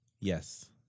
Yes